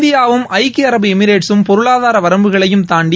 இந்தியாவும் ஐக்கிய அரபு எமிரேட்ஸும் பொருளாதார வரம்புகளையும் தாண்டி